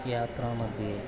यात्रामध्ये